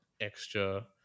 extra